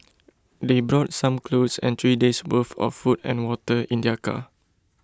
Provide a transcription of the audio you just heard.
they brought some clothes and three days' worth of food and water in their car